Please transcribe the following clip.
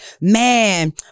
man